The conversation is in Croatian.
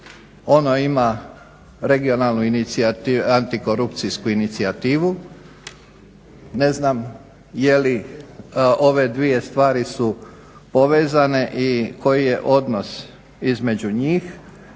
Ono ima regionalnu antikorupcijsku inicijativu. Ne znam je li ove dvije stvari su povezane i koji je odnos između njih